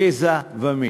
גזע ומין.